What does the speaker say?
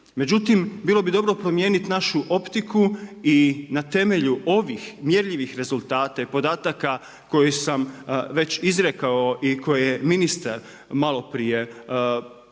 Međutim, bilo bi dobro promijenit našu optiku i na temelju ovih mjerljivih rezultata i podataka koje sam već izrekao i koje je ministar malo prije govorio